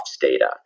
data